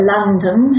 London